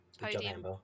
Podium